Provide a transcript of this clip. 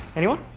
anyone?